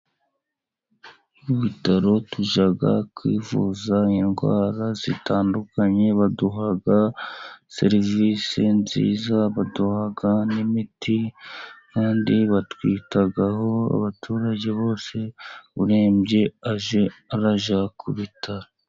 Mu bitaro tujya kwivuza indwara zitandukanye, baduha serivisi nziza, baduha n'imiti kandi batwitaho. Abaturage bose urembye ajye ajya ku bitaro.